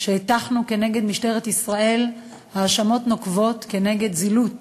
שהטחנו כנגד משטרת ישראל האשמות נוקבות בדבר זילות